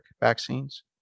vaccines